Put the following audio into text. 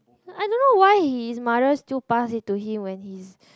I don't know why his mother still pass it to him when he's